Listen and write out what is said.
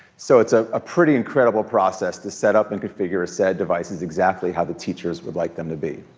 so, it's ah a pretty incredible process to set up and configure a set of devices exactly how the teachers would like them to be.